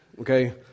okay